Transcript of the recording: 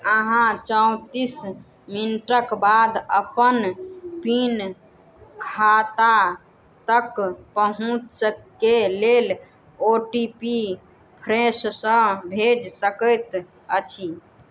अहाँ चौँतिस मिनटके बाद अपन पिन खाता तक पहुँचैके लेल ओ टी पी फेरसँ भेजि सकै अछि